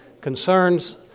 concerns